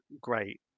great